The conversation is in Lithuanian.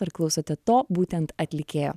ar klausote to būtent atlikėjo